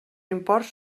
imports